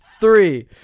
Three